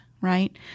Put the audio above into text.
right